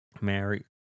married